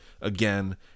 again